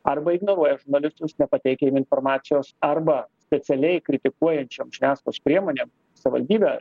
arba ignoruoja žurnalistus nepateikia informacijos arba specialiai kritikuojančiom žiniasklaidos priemonėm savivaldybė